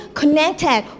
connected